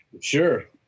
Sure